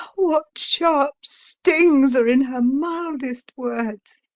what sharp stings are in her mildest words!